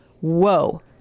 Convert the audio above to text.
Whoa